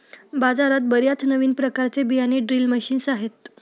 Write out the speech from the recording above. बाजारात बर्याच नवीन प्रकारचे बियाणे ड्रिल मशीन्स आहेत